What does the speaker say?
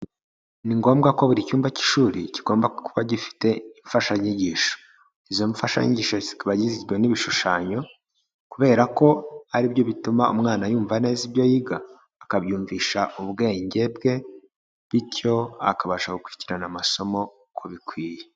Ni ngombwa ko buri cyumba cy'ishuri kigomba kuba gifite imfashanyigisho, izo mfashanyigisho zikaba zigizwe n'ibishushanyo, kubera ko aribyo bituma umwana yumva neza ibyo yiga, akabyumvisha ubwenge bwe, bityo akabasha gukurikirana amasomo uko bikwiye.